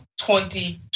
2020